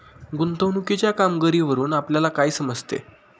गुंतवणुकीच्या कामगिरीवरून आपल्याला काय समजते?